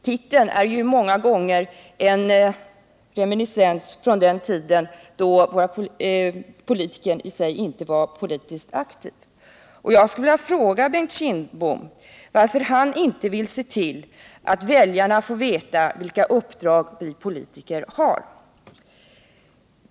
Titeln är ju många gånger en reminiscens från den tid då politikern i sig inte var politiskt aktiv. Jag skulle vilja fråga Bengt Kindbom varför han inte vill se till, att väljarna får veta vilka uppdrag vi politiker har.